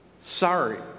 Sorry